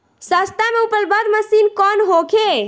सस्ता में उपलब्ध मशीन कौन होखे?